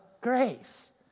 grace